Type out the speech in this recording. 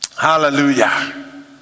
Hallelujah